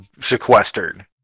sequestered